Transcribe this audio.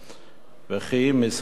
וכי משרד החינוך,